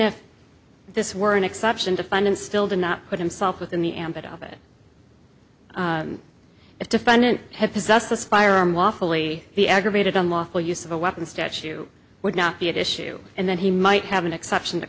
if this were an exception to find and still did not put himself within the ambit of it a defendant had possessed this firearm lawfully the aggravated unlawful use of a weapon statue would not be an issue and then he might have an exception to